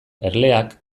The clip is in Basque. erleak